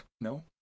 No